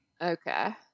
Okay